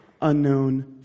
unknown